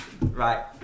Right